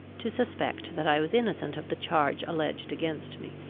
to suspect that i was innocent of the charge alleged against me.